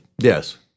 Yes